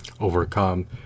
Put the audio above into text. overcome